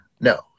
no